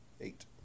Eight